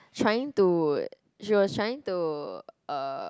trying to she was trying to uh